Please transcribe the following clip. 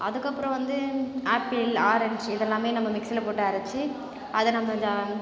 அதுக்கப்புறம் வந்து apple orange இதெல்லாமே நம்ம மிக்ஸியில் போட்டு அரச்சு அதை நம்ப ஜார்